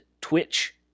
twitch